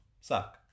suck